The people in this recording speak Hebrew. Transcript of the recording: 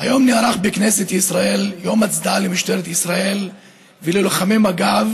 היום נערך בכנסת ישראל יום הצדעה למשטרת ישראל וללוחמי מג"ב,